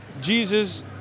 Jesus